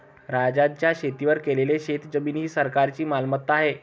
राज्याच्या शेतीवर केलेली शेतजमीन ही सरकारची मालमत्ता आहे